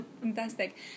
Fantastic